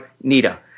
Nita